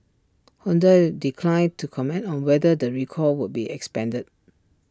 Hyundai declined to comment on whether the recall would be expanded